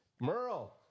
Merle